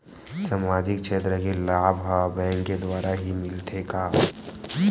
सामाजिक क्षेत्र के लाभ हा बैंक के द्वारा ही मिलथे का?